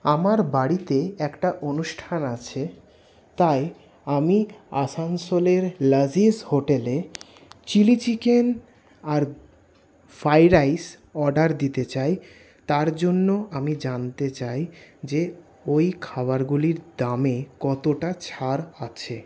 আমার বাড়িতে একটা অনুষ্ঠান আছে তাই আমি আসানসোলের লাজিজ হোটেলে চিলি চিকেন আর ফ্রাইড রাইস অর্ডার দিতে চাই তার জন্য আমি জানতে চাই যে ঐ খাবারগুলির দামে কতটা ছাড় আছে